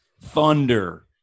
Thunder